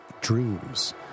dreams